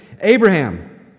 Abraham